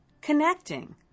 Connecting